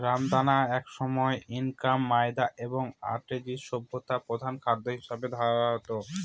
রামদানা একসময় Inca, Maya এবং অ্যাজটেক সভ্যতায় প্রধান খাদ্য হিসাবে ধরা হত